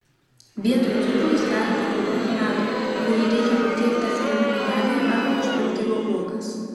vietoj cukraus galite naudoti medų kurį reikia patiekti atskirame indelyje arba užpilti juo uogas